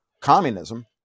communism